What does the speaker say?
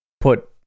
put